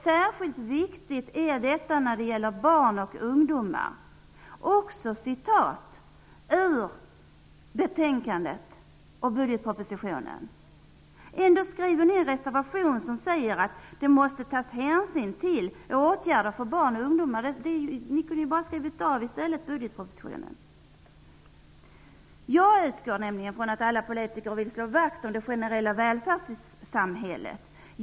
Särskilt viktigt är detta när det gäller barn och ungdomar. Också dessa ord har jag hämtat ur betänkandet och budgetpropositionen. Trots detta har Socialdemokraterna en reservation där man säger att man måste satsa på barn och ungdomar. Ni kunde ju i stället bara ha skrivit av det som står i budgetpropositionen. Jag utgår från att alla politiker vill slå vakt om det generella välfärdssamhället.